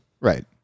Right